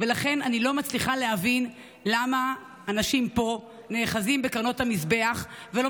לכן אני לא מצליחה להבין למה אנשים פה נאחזים בקרנות המזבח ולא